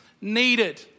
needed